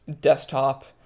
desktop